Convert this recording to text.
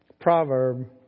proverb